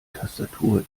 tastatur